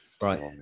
Right